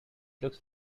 looks